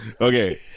Okay